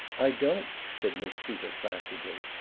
i don't, said miss tita placidly.